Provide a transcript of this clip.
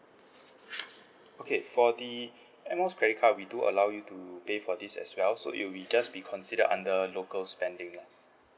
okay for the air miles credit card we do allow you to pay for this as well so it'll be just be considered under local spending lah